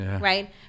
right